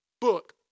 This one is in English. book